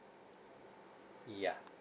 yeah